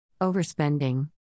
Overspending